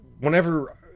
whenever